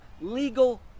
legal